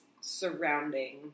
surrounding